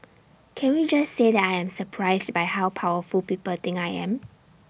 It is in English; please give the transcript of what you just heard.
can we just say that I am surprised by how powerful people think I am